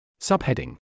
Subheading